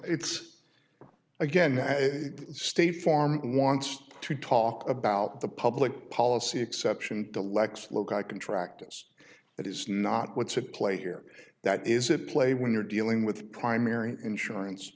it's again state farm wants to talk about the public policy exception to lex loci contracts that is not what's at play here that is at play when you're dealing with primary insurance